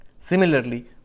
Similarly